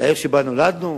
לארץ שבה נולדנו,